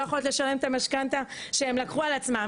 יכולות לשלם את המשכנתא שהם לקחו על עצמם,